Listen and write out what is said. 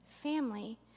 family